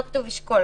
לא כתוב "ישקול",